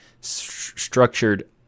structured